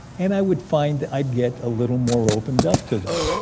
and i would find i'd get a little more opened up to them.